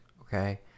Okay